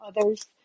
others